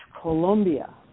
Colombia